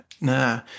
nah